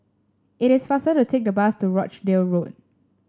it is faster to take the bus to Rochdale Road